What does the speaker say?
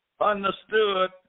understood